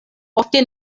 ofte